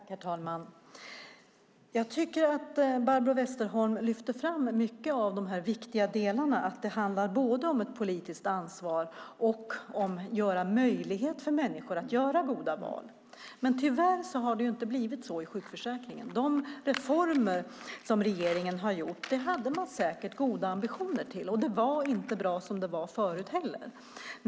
Herr talman! Jag tycker att Barbro Westerholm lyfter fram mycket av de viktiga delarna. Det handlar både om politiskt ansvar och om att göra det möjligt för människor att göra goda val. Men tyvärr har det inte blivit så i sjukförsäkringen. De reformer som regeringen har genomfört hade man säkert goda ambitioner med, och det var inte bra som det var förut heller.